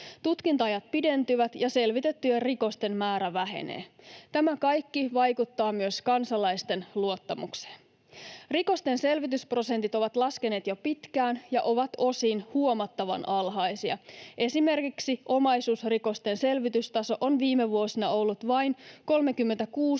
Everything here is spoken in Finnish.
tutkinta-ajat pidentyvät, ja selvitettyjen rikosten määrä vähenee. Tämä kaikki vaikuttaa myös kansalaisten luottamukseen. Rikosten selvitysprosentit ovat laskeneet jo pitkään ja ovat osin huomattavan alhaisia. Esimerkiksi omaisuusrikosten selvitystaso on viime vuosina ollut vain 36—37 prosenttia.